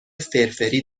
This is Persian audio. فرفری